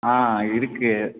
ஆ இருக்குது